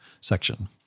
section